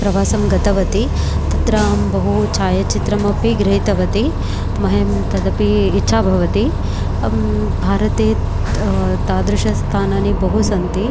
प्रवासं गतवती तत्र अहं बहु छायाचित्रमपि गृहीतवती मह्यं तदपि इच्छा भवति भारते तादृशस्थानानि बहु सन्ति